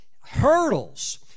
hurdles